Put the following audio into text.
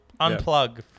Unplug